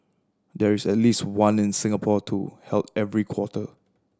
there is at least one in Singapore too held every quarter